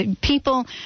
people